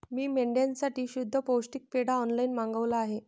मी मेंढ्यांसाठी शुद्ध पौष्टिक पेंढा ऑनलाईन मागवला आहे